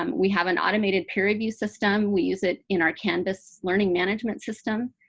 um we have an automated peer review system. we use it in our canvas learning management system.